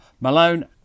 Malone